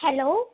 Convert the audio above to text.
hello